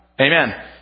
Amen